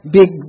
big